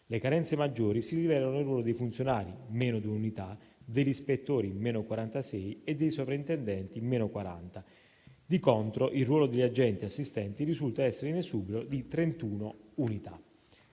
Le carenze maggiori si rivelano nel ruolo dei funzionari (meno un'unità), degli ispettori (meno 46 unità) e dei sovrintendenti (meno 40 unità). Di contro, il ruolo degli agenti assistenti risulta essere in esubero di 31 unità.